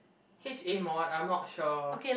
H a mod I'm not sure